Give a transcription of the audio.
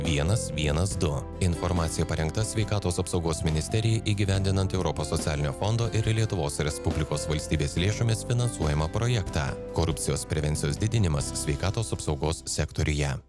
vienas vienas du informacija parengta sveikatos apsaugos ministerijai įgyvendinant europos socialinio fondo ir lietuvos respublikos valstybės lėšomis finansuojamą projektą korupcijos prevencijos didinimas sveikatos apsaugos sektoriuje